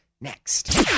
next